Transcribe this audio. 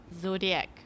Zodiac